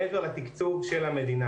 מעבר לתקצוב של המדינה.